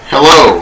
Hello